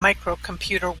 microcomputer